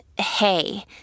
hey